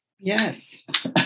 Yes